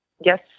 Yes